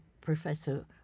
professor